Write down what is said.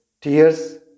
tears